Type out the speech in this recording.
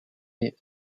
œil